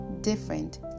different